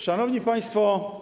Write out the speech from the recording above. Szanowni Państwo!